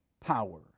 power